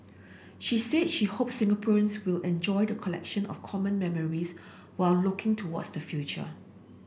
she said she hopes Singaporeans will enjoy the collection of common memories while looking towards the future